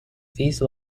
these